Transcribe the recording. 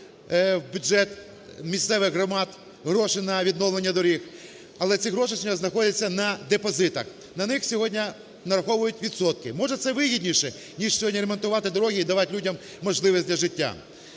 у бюджет місцевих громад гроші на відновлення доріг, але ці гроші сьогодні знаходяться на депозитах. На них сьогодні нараховують відсотки. Може, це вигідніше, ніж сьогодні ремонтувати дороги і давати людям можливість для життя.